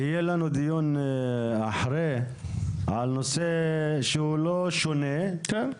יהיה לנו דיון אחרי על נושא שהוא לא שונה --- כן,